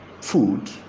food